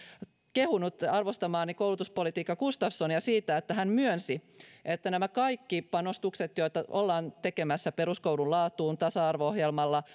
kehunut arvostamaani koulutuspoliitikko gustafssonia siitä että hän myönsi että nämä kaikki panostukset joita ollaan tekemässä peruskoulun laatuun tasa arvo ohjelmalla